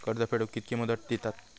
कर्ज फेडूक कित्की मुदत दितात?